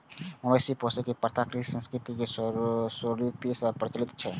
मवेशी पोसै के प्रथा कृषि संस्कृति के शुरूए सं प्रचलित छै